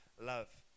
love